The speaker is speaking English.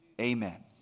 amen